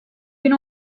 bin